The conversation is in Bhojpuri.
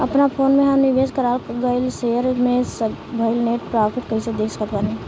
अपना फोन मे हम निवेश कराल गएल शेयर मे भएल नेट प्रॉफ़िट कइसे देख सकत बानी?